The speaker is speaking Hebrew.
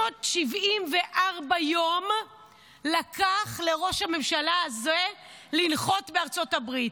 574 יום לקח לראש הממשלה הזה לנחות בארצות הברית.